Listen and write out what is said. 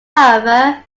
however